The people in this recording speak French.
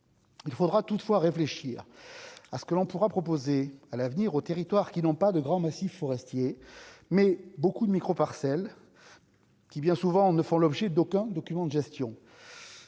il faudra toutefois réfléchir à ce que l'on pourra proposer à l'avenir aux territoires qui n'ont pas de grands massifs forestiers, mais beaucoup de micro-parcelles qui bien souvent ne font l'objet d'aucun document de gestion